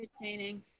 entertaining